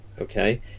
Okay